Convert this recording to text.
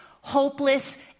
hopeless